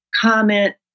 comment